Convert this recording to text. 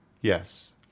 Yes